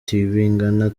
tibingana